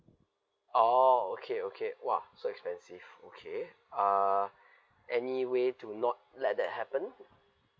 oo okay okay !wah! so expensive okay uh any way to not let that happened